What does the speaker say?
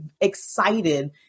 excited